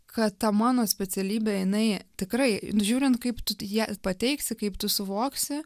kad ta mano specialybė jinai tikrai žiūrint kaip tu ją pateiksi kaip tu suvoksi